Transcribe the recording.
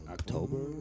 October